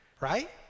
Right